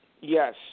Yes